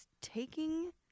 taking